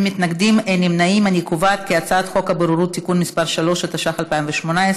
התשע"ח 2018,